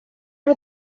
are